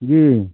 जी